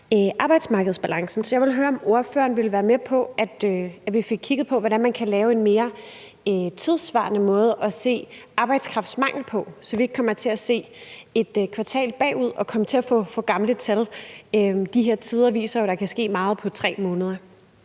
arbejdsmarkedsbalancen, så jeg ville høre, om ordføreren ville være med på, at vi fik kigget på, hvordan man kan lave en mere tidssvarende måde at se arbejdskraftmangel på, så vi ikke kommer til at se et kvartal bagud og derved får gamle tal. De her tider viser jo, at der kan ske meget på 3 måneder.